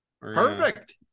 perfect